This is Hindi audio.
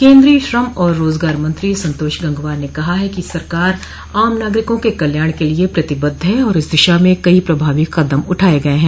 केन्द्रीय श्रम और रोजगार मंत्री संतोष गंगवार ने कहा है कि सरकार आम नागरिकों के कल्याण के लिये प्रतिबद्ध है और इस दिशा में कई प्रभावी कदम उठाये गये हैं